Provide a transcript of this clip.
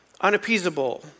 unappeasable